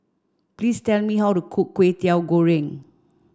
please tell me how to cook Kwetiau Goreng